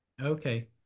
Okay